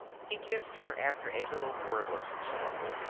he kissed her after a little wordless struggle.